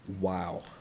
Wow